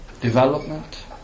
development